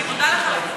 ואני מודה לך על הטעות.